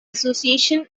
association